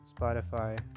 Spotify